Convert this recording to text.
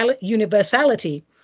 universality